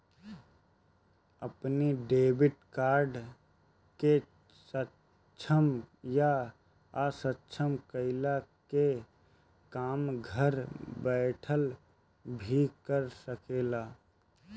अपनी debit card के सक्षम या असक्षम कईला के काम घर बैठल भी कर सकेला